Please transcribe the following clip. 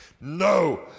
no